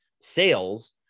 sales